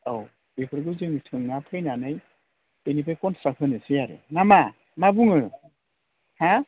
औ बेफोरखौ जों सोंना फैनानै बिनिफ्राय कनस्ट्राक होनोसै आरो ना मा मा बुङो हा